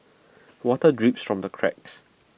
water drips from the cracks